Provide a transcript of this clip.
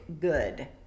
good